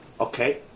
Okay